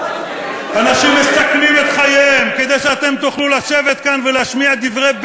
אנשים מסכנים את חייהם כדי שאתם תוכלו לשבת כאן ולהשמיע דברי בלע.